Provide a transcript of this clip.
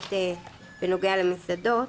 ההגבלות בנוגע למסעדות.